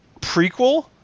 prequel